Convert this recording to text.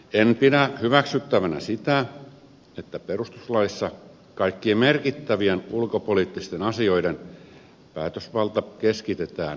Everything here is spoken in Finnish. en pidä hyväksyttävänä sitä että perustuslaissa kaikkien merkittävien ulkopoliittisten asioiden päätösvalta keskitetään pääministerille